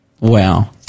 Wow